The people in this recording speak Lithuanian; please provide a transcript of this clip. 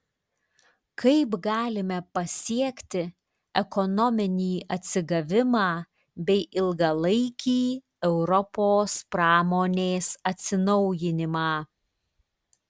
kaip galime pasiekti ekonominį atsigavimą bei ilgalaikį europos pramonės atsinaujinimą